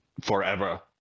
forever